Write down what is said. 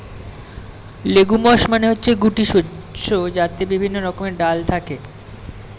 legumes মানে হচ্ছে গুটি শস্য যাতে বিভিন্ন রকমের ডাল থাকে